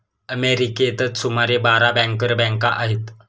अमेरिकेतच सुमारे बारा बँकर बँका आहेत